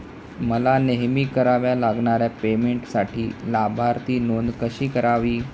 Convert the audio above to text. मला नेहमी कराव्या लागणाऱ्या पेमेंटसाठी लाभार्थी नोंद कशी करावी?